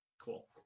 Cool